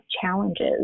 challenges